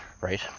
right